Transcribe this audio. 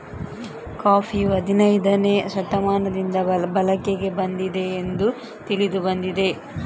ಕಾಫಿಯು ಹದಿನೈದನೇ ಶತಮಾನದಿಂದ ಬಳಕೆಗೆ ಬಂದಿದೆ ಎಂದು ತಿಳಿದು ಬಂದಿದೆ